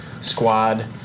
squad